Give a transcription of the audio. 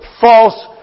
false